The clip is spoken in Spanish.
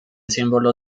símbolo